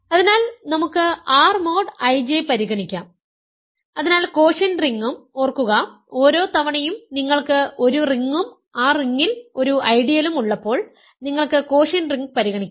അതിനാൽ നമുക്ക് R mod IJ പരിഗണിക്കാം അതിനാൽ കോഷ്യന്റ് റിങ്ങും ഓർക്കുക ഓരോ തവണയും നിങ്ങൾക്ക് ഒരു റിങ്ങും ആ റിങ്ങിൽ ഒരു ഐഡിയലുo ഉള്ളപ്പോൾ നിങ്ങൾക്ക് കോഷ്യന്റ് റിങ് പരിഗണിക്കാം